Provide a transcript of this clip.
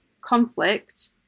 conflict